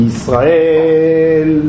Israel